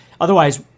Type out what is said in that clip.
Otherwise